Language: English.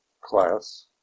class